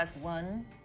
one